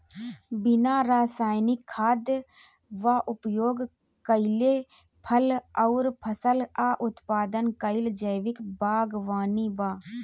बिना रासायनिक खाद क उपयोग कइले फल अउर फसल क उत्पादन कइल जैविक बागवानी बा